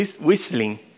whistling